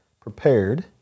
prepared